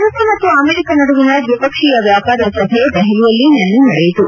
ಭಾರತ ಮತ್ತು ಅಮೆರಿಕ ನಡುವಿನ ದ್ವಿಪಕ್ಷೀಯ ವ್ಲಾಪಾರ ಸಭೆ ದೆಹಲಿಯಲ್ಲಿ ನಿನ್ನೆ ನಡೆಯಿತು